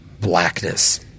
blackness